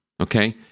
okay